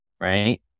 right